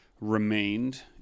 remained